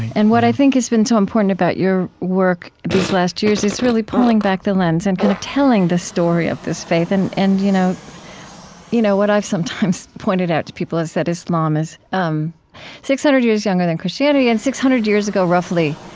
and what i think has been so important about your work these last years is really pulling back the lens and kind of telling the story of this faith, and and you know you know what i've sometimes pointed out to people is that islam is um six hundred years younger than christianity, and six hundred years ago, roughly,